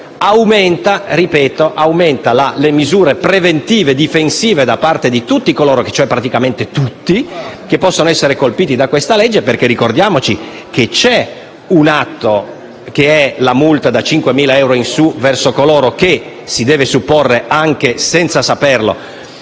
aumenteranno le misure preventive e difensive da parte di tutti coloro (praticamente tutti) che possono essere colpiti da questa legge. Ricordiamoci che c'è un atto, la multa da 5.000 euro in su, verso coloro che (si deve supporre anche senza saperlo)